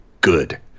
good